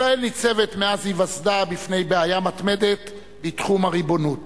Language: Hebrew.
ישראל ניצבת מאז היווסדה בפני בעיה מתמדת בתחום הריבונות.